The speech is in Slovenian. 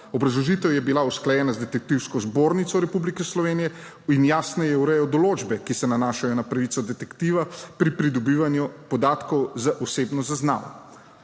Obrazložitev je bila usklajena z Detektivsko zbornico Republike Slovenije in jasneje ureja določbe, ki se nanašajo na pravico detektiva pri pridobivanju podatkov z osebno zaznavo.